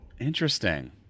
Interesting